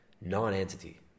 non-entity